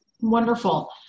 Wonderful